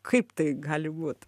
kaip tai gali būt